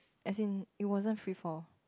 as in it wasn't free fall